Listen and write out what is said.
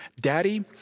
daddy